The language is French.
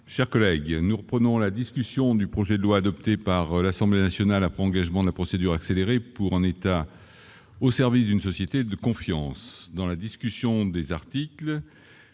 chers collègues, nous reprenons la discussion du projet de loi adopté par l'Assemblée nationale après engagement de la procédure accélérée pour un État. Au service d'une société de confiance dans la discussion des articles,